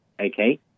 Okay